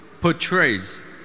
portrays